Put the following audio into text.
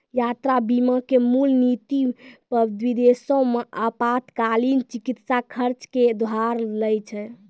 यात्रा बीमा के मूल नीति पे विदेशो मे आपातकालीन चिकित्सा खर्च के भार लै छै